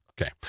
Okay